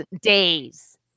days